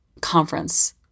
conference